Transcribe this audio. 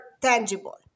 tangible